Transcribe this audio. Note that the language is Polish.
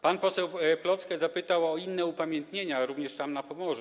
Pan poseł Plocke zapytał o inne upamiętnienia, również na Pomorzu.